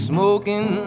Smoking